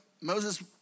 Moses